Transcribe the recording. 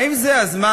האם זה הזמן,